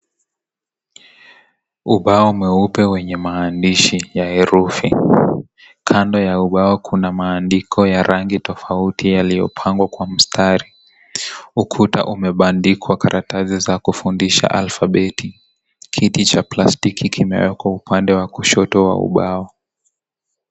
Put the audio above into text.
Ubao mweupe wenye maandishi ya herufi. Kando ya ubao kuna maandiko ya rangi tofauti yaliyopangwa kwa mstari. Ukuta umebandikwa karatasi za kufundisha alfabeti. Kiti cha plastiki kimewekwa upande wa kushoto wa ubao.